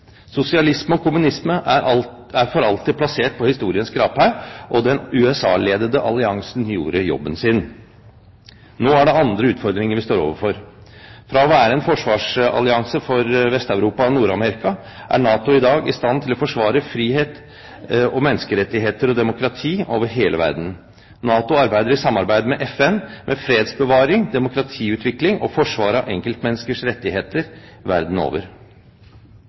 Sosialisme og kommunisme er for alltid plassert på historiens skraphaug, og den USA-ledede alliansen gjorde jobben sin. Nå er det andre utfordringer vi står overfor. Fra å være en forsvarsallianse for Vest-Europa og Nord-Amerika er NATO i dag i stand til å forsvare frihet, menneskerettigheter og demokrati over hele verden. NATO arbeider i samarbeid med FN med fredsbevaring, demokratiutvikling og forsvar av enkeltmenneskers rettigheter verden over.